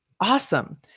awesome